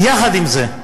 יחד עם זה,